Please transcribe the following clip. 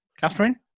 Catherine